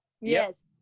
Yes